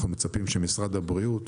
אנחנו מצפים שמשרד הבריאות,